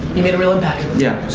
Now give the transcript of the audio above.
you made a real impact. yeah.